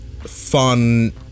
fun